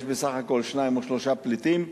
שיש בסך הכול שניים או שלושה פליטים,